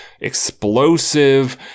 explosive